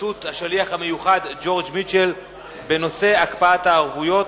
התבטאות השליח המיוחד ג'ורג' מיטשל בנושא הקפאת הערבויות,